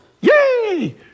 Yay